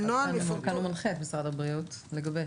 כאן הוא מנחה את משרד הבריאות לגבש.